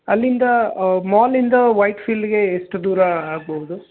ಅಲ್ಲಿಂದ ಮಾಲಿಂದ ವೈಟ್ಫೀಲ್ಡ್ಗೆ ಎಷ್ಟ್ ದೂರ ಆಗಬಹುದು